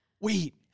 Wait